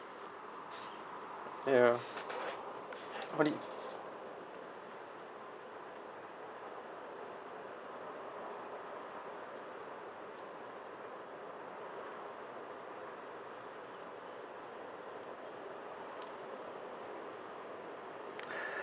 ya what did